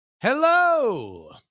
Hello